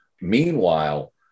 meanwhile